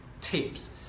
tips